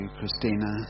Christina